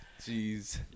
Jeez